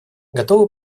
готовы